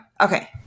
Okay